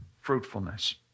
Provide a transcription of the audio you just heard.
fruitfulness